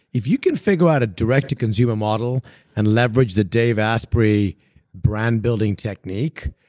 if you can figure out a direct-to-consumer model and leverage the dave asprey brand building technique,